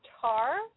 tar